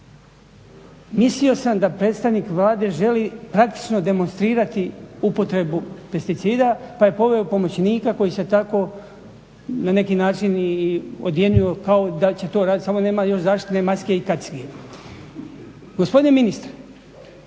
Mislio sam da predstavnik Vlade želi praktično demonstrirati upotrebu pesticida pa je poveo pomoćnika koji se tako na neki način i odjenuo kao da će to radit samo nema još zaštitne maske i kacige. Gospodine ministre,